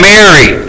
Mary